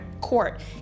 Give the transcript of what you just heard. court